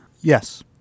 yes